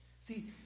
See